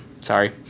Sorry